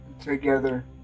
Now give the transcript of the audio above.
together